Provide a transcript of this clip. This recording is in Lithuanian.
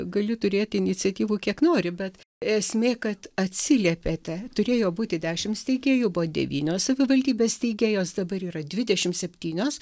gali turėti iniciatyvų kiek nori bet esmė kad atsiliepėte turėjo būti dešim steigėjų buvo devynios savivaldybės steigėjos dabar yra dvidešim septynios